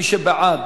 מי שבעד,